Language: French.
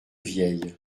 vieil